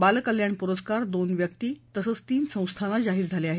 बाल कल्याण पुरस्कार दोन व्यक्ती तसंच तीन संस्थांना जाहीर झाले आहेत